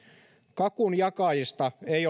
kakun jakajista ei